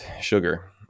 sugar